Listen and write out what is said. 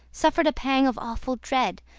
suffered a pang of awful dread,